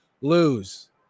lose